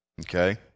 Okay